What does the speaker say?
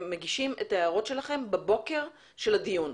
מגישים את ההערות שלכם בבוקר של הדיון.